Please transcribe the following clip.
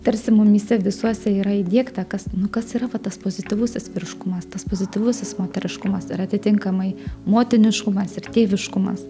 tarsi mumyse visuose yra įdiegta kas nu kas yra va tas pozityvusis vyriškumas tas pozityvusis moteriškumas ir atitinkamai motiniškumas ir tėviškumas